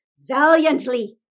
valiantly